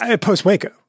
Post-Waco